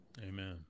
Amen